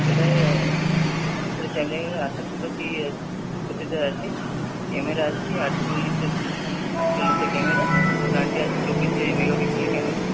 ওটায় প্রসেসর আছে ক্যামেরা আছে আটচল্লিশের আটচল্লিশের ক্যামেরা ফ্রান্টে আছে চব্বিশে মেগাপিক্সেলের ক্যামেরা